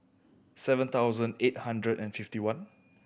seven thousand eight hundred and fifty one